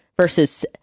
versus